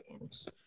games